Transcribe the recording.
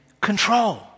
control